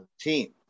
team